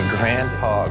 Grandpa